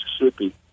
Mississippi